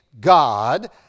God